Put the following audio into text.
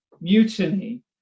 mutiny